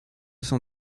son